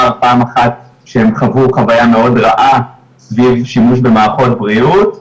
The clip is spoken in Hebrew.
פעם אחת שהם חוו חוויה מאוד רעה סביב שימוש במערכות בריאות,